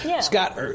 Scott